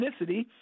ethnicity